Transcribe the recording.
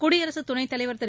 குடியரசுத் துணைத்தலைவர் திரு